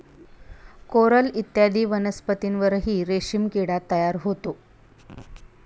coral इत्यादी वनस्पतींवरही रेशीम किडा तयार होतो